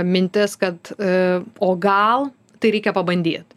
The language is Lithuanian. mintis kad o gal tai reikia pabandyt